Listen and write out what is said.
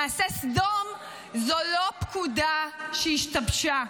מעשה סדום זה לא פקודה שהשתבשה,